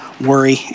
worry